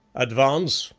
advance,